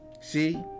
see